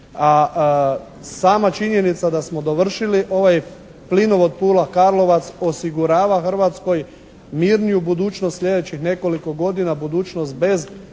sama činjenica da smo dovršili ovaj plinovod Pula-Karlovac osigurava Hrvatskoj mirniju budućnost sljedećih nekoliko godina, budućnost bez